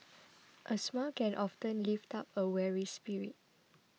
a smile can often lift up a weary spirit